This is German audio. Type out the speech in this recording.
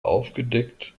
aufgedeckt